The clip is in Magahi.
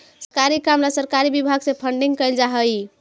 सरकारी काम ला सरकारी विभाग से फंडिंग कैल जा हई